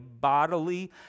bodily